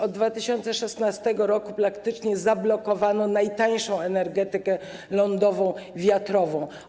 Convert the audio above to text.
Od 2016 r. praktycznie zablokowano najtańszą energetykę lądową i wiatrową.